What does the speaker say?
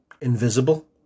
invisible